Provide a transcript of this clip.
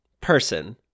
person